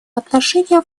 отношения